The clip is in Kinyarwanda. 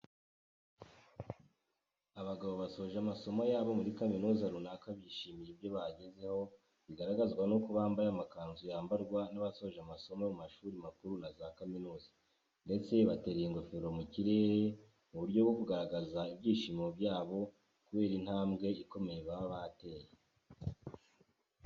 Abagabo basoje amasomo yabo muri kaminuza runaka bishimiye ibyo bagezeho bigaragazwa n'uko bamabye amakanzu yambarwa n'abasoze amasomo mu mashuri makuru na za kaminuza ndetse batereye ingofero mu kirere mu buryo bwo kugaragaza ibyishimo byabo kubera intambwe ikomeye baba bateye.